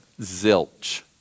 zilch